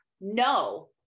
No